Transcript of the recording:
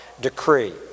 decree